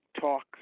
talk